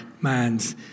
minds